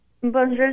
Bonjour